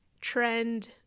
trend